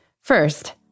First